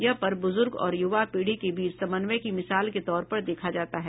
यह पर्व बुजुर्ग और युवा पीढ़ी के बीच समन्वय की मिसाल के तौर पर देखा जाता है